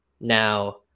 Now